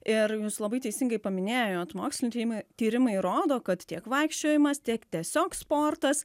ir jūs labai teisingai paminėjot moksliniai tymai tyrimai rodo kad tiek vaikščiojimas tiek tiesiog sportas